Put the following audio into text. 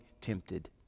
tempted